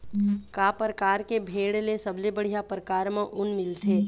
का परकार के भेड़ ले सबले बढ़िया परकार म ऊन मिलथे?